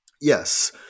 Yes